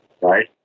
right